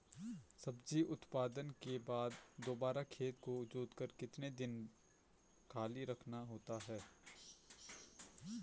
सब्जी उत्पादन के बाद दोबारा खेत को जोतकर कितने दिन खाली रखना होता है?